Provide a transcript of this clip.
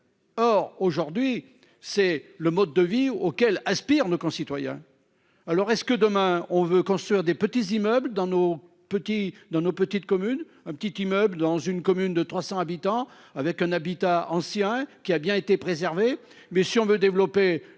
Or aujourd'hui c'est le mode de vie auquel aspirent nos concitoyens. Alors est-ce que demain on veut construire des petits immeubles dans nos petits dans nos petites communes, un petit immeuble dans une commune de 300 habitants avec un habitat ancien qui a bien été préservé, mais si on veut développer